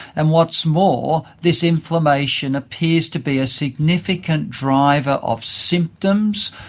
and what's more, this inflammation appears to be a significant driver of symptoms,